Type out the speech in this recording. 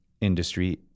industry